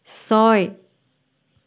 ছয়